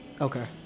Okay